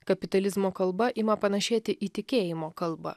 kapitalizmo kalba ima panašėti į tikėjimo kalba